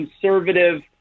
conservative